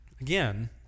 again